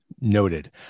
Noted